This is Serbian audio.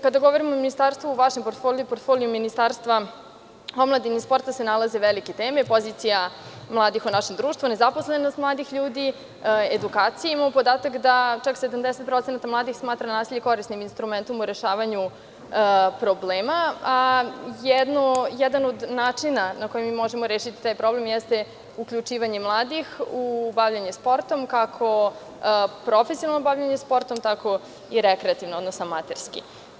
Kada govorim o ministarstvu u vašem portfoliju Ministarstva omladine i sporta se nalaze velike teme, pozicija mladih u našem društvu, nezaposlenost mladih ljudi, edukacija, imamo podatak da čak 70% mladih smatraju nasilje korisnim instrumentom u rešavanju problema, a jedan od načina na koji možemo rešiti taj problem jeste uključivanje mladih u bavljenje sportom kako profesionalno, tako i rekreativno, odnosno amaterski.